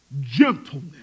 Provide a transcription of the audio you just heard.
gentleness